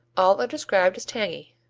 all are described as tangy.